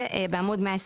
בעמוד 123